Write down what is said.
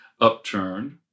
upturned